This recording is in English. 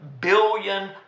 billion